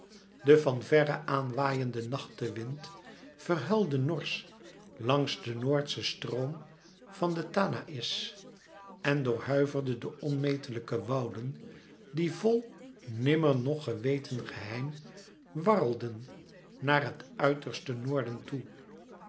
de van verre aan waaiende nachtewind verhuilde norsch langs den noordschen stroom van den tanaïs en doorhuiverde de onmetelijke wouden die vol nimmer nog geweten geheim warrelden naar het uiterste noorden toe